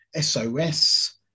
SOS